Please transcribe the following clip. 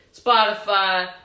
Spotify